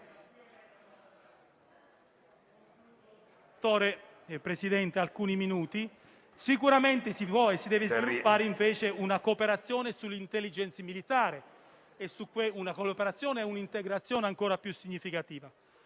Sicuramente si può e si devono sviluppare invece una cooperazione sull'*intelligence* militare e un'integrazione ancora più significativa.